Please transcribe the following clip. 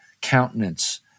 countenance